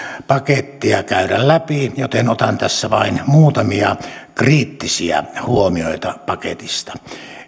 pakettia käydä läpi joten otan tässä vain muutamia kriittisiä huomioita paketista